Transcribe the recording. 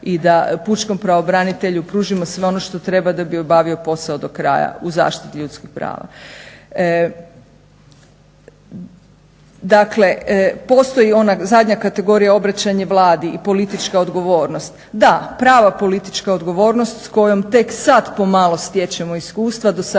i da pučkom pravobranitelju pružimo sve ono što treba da bi obavio posao do kraja u zaštiti ljudskih prava. Dakle, postoji ona zadnja kategorija obraćanje Vladi i politička odgovornost, da, prava politička odgovornost s kojom tek sada pomalo stječemo iskustva. Do sada je